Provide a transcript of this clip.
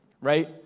right